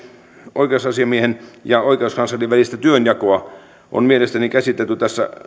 oikeusasiamiehen ja oikeuskanslerin välistä työnjakoa se on mielestäni käsitelty tässä